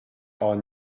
are